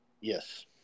Yes